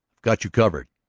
i've got you covered.